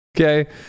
okay